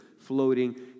floating